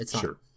Sure